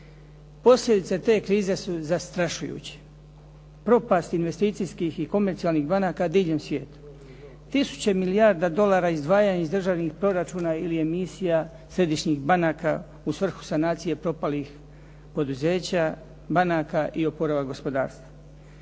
Posljedice te krize su zastrašujuće. Propast investicijskih i komercijalnih banaka diljem svijeta, tisuće milijarde dolara izdvajanja iz državnih proračuna ili emisija središnjih banaka u svrhu sanacije propalih poduzeća, banaka i oporavak gospodarstva.